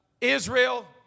Israel